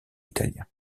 italien